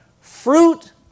Fruit